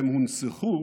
והם הונצחו